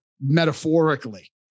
metaphorically